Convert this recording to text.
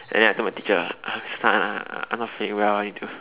and then I told my teacher uh Mister Tan I I'm not feeling well I need to